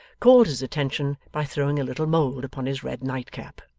called his attention by throwing a little mould upon his red nightcap.